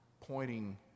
pointing